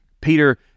Peter